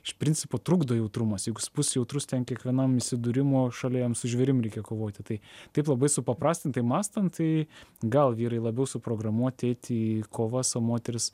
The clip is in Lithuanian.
iš principo trukdo jautrumas jeigu jis bus jautrus ten kiekvienam įsidūrimo o šalia jam su žvėrim reikia kovoti tai taip labai supaprastintai mąstant tai gal vyrai labiau suprogramuoti eiti į kovas o moterys